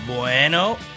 Bueno